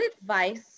advice